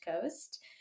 coast